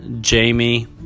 Jamie